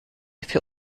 für